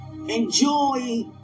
Enjoy